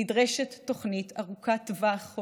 נדרשת תוכנית ארוכת טווח,